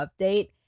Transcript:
update